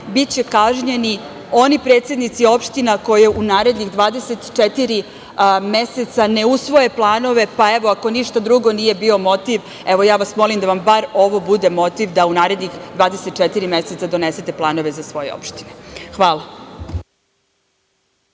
Biće kažnjeni oni predsednici opština koje u narednih 24 meseca ne usvoje planove, pa evo, ako ništa drugo nije bio motiv, evo ja vas molim da vam bar ovo bude motiv da u narednih 24 meseca donesete planove za svoje opštine. Hvala.